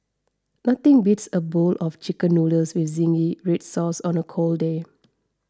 nothing beats a bowl of Chicken Noodles with Zingy Red Sauce on a cold day